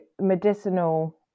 medicinal